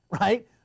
right